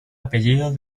apellido